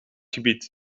gebied